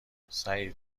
سعید